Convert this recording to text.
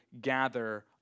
gather